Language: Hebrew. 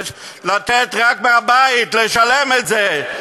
לתת רק מהבית לשלם את זה,